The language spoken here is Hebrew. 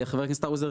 חבר הכנסת האוזר,